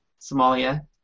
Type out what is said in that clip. Somalia